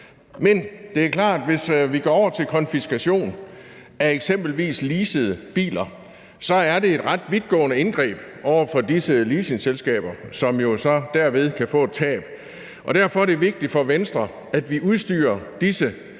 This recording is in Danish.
Men det er klart, at hvis vi går over til konfiskation af eksempelvis leasede biler, er det et ret vidtgående indgreb over for disse leasingselskaber, som jo så derved kan få et tab. Derfor er det vigtigt for Venstre, at vi udstyrer disse